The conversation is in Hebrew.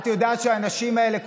את יודעת שהאנשים האלה,